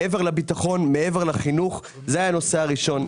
מעבר לביטחון, מעבר לחינוך, זה היה הנושא הראשון.